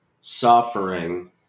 suffering